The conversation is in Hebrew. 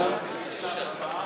יש לה השפעה